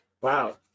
Wow